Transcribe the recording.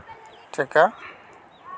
ᱪᱤᱠᱟ